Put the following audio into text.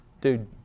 dude